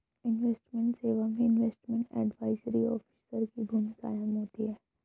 investment सेवा में investment advisory officer की भूमिका अहम होती है